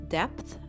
depth